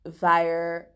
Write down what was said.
via